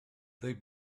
they